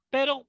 Pero